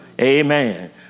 amen